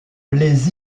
les